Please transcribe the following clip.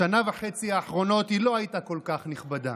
בשנה וחצי האחרונות היא לא הייתה כל כך נכבדה.